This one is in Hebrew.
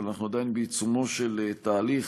אבל אנחנו עדיין בעיצומו של תהליך